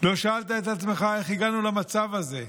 לא שאלת את עצמך איך הגענו למצב הזה,